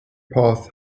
path